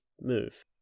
move